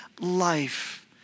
life